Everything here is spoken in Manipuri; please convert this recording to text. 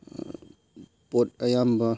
ꯄꯣꯠ ꯑꯌꯥꯝꯕ